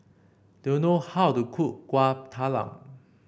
do you know how to cook Kuih Talam